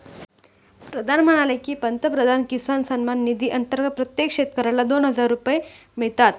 प्रधान म्हणाले की, पंतप्रधान किसान सन्मान निधी अंतर्गत प्रत्येक शेतकऱ्याला दोन हजार रुपये मिळतात